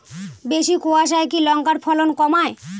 বেশি কোয়াশায় কি লঙ্কার ফলন কমায়?